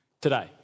today